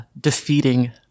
defeating